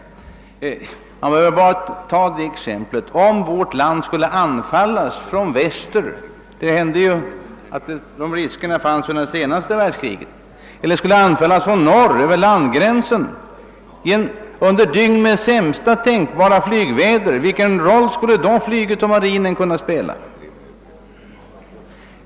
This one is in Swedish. Om vårt land exempelvis skulle anfallas från väster — de riskerna fanns ju under senaste världskriget — eller från norr över landgränsen, vilken roll skulle då flyget under dygn med sämsta tänkbara flygväder, och marinen kunna spela?